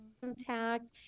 contact